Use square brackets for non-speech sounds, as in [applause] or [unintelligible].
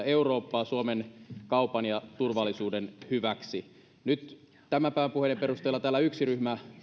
[unintelligible] eurooppaa suomen kaupan ja turvallisuuden hyväksi nyt tämän päivän puheiden perusteilla täällä yksi ryhmä